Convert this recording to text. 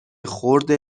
خرد